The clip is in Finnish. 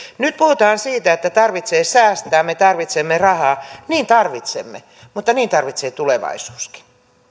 nyt puhutaan siitä että tarvitsee säästää me tarvitsemme rahaa niin tarvitsemme mutta niin tarvitsee tulevaisuuskin